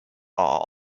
are